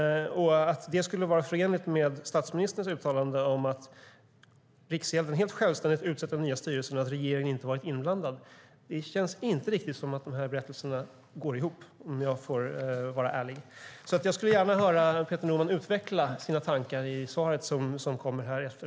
Skulle det vara förenligt med statsministerns uttalande om att Riksgälden helt självständigt utsett den nya styrelsen och att regeringen inte varit inblandad? Det känns inte riktigt som om berättelserna går ihop, om jag får vara ärlig. Jag skulle gärna höra Peter Norman utveckla sina tankar i det inlägg som kommer.